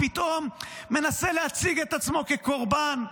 הוא פתאום מנסה להציג את עצמו כקורבן.